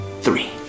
three